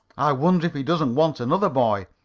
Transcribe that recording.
i wonder if he doesn't want another boy,